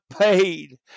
paid